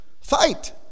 Fight